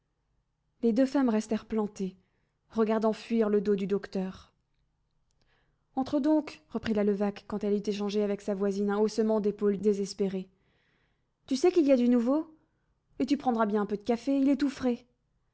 les deux femmes restèrent plantées regardant fuir le dos du docteur entre donc reprit la levaque quand elle eut échangé avec sa voisine un haussement d'épaules désespéré tu sais qu'il y a du nouveau et tu prendras bien un peu de café il est tout frais